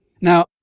Now